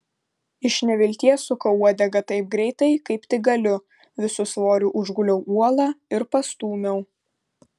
iš nevilties sukau uodegą taip greitai kaip tik galiu visu svoriu užguliau uolą ir pastūmiau